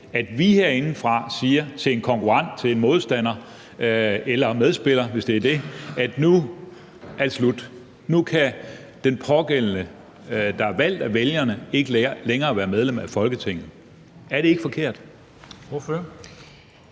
at vi herindefra siger til en konkurrent, til en modstander eller en medspiller, hvis det er det, at nu er det slut, nu kan den pågældende, der er valgt af vælgerne, ikke længere være medlem af Folketinget? Er det ikke forkert?